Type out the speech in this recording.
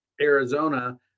Arizona